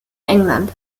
england